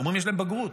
אומרים: יש להם בגרות.